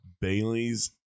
Bailey's